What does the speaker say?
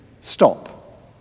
stop